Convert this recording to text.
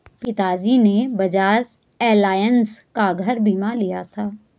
पिताजी ने बजाज एलायंस का घर बीमा लिया था